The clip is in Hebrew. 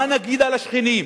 מה נגיד על השכנים?